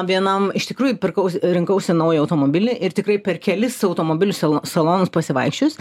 vienam iš tikrųjų pirkau rinkausi naują automobilį ir tikrai per kelis automobilių sal salonus pasivaikščiojus